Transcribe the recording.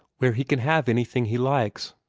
where he can have anything he likes.